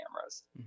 cameras